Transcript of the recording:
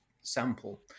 sample